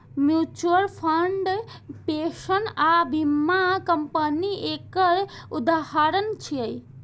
mutual fund, pension आ बीमा company एकर उदाहरण छियै